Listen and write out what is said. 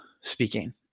speaking